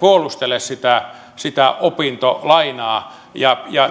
puolustele sitä sitä opintolainaa ja ja